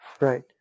right